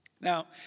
Now